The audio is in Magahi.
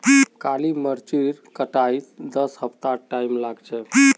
काली मरीचेर कटाईत दस हफ्तार टाइम लाग छेक